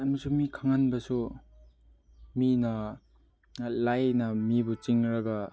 ꯌꯥꯝꯅꯁꯨ ꯃꯤ ꯈꯪꯍꯟꯕꯁꯨ ꯃꯤꯅ ꯂꯥꯏꯅ ꯃꯤꯕꯨ ꯆꯤꯡꯉꯒ